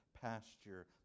pasture